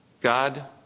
God